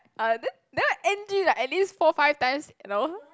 uh then then the N_G like at least four five times you know